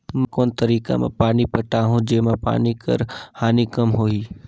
मैं कोन तरीका म पानी पटाहूं जेमा पानी कर हानि कम होही?